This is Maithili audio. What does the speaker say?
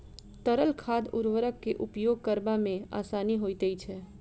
तरल खाद उर्वरक के उपयोग करबा मे आसानी होइत छै